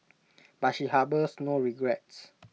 but she harbours no regrets